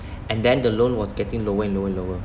and then the loan was getting lower and lower and lower